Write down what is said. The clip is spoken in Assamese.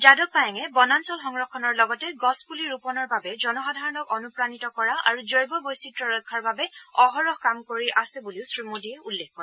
যাদৱ পায়েঙে বনাঞ্চল সংৰক্ষণৰ লগতে গছপুলি ৰোপণৰ বাবে জনসাধাৰণক অনুপ্ৰাণিত কৰা আৰু জৈৱ বৈচিত্ৰ্য ৰক্ষাৰ বাবে অহৰহ কাম কৰি আছে বুলিও শ্ৰীমোদীয়ে উল্লেখ কৰে